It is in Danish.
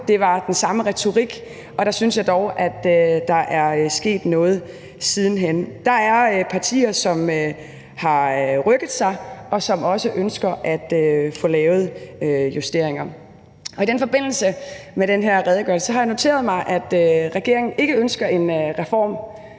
det var den samme retorik, og der synes jeg dog der er sket noget siden hen. Der er partier, som har rykket sig, og som også ønsker at få lavet justeringer. I forbindelse med den her redegørelse har jeg noteret mig, at regeringen ikke ønsker en reform.